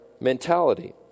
mentality